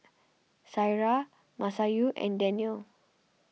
Syirah Masayu and Danial